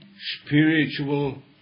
spiritual